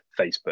facebook